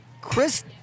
Chris